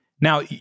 Now